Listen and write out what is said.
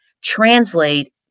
translate